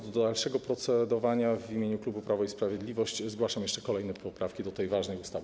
Do dalszego procedowania w imieniu klubu Prawo i Sprawiedliwość zgłaszam jeszcze kolejne poprawki do tej ważnej ustawy.